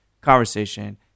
conversation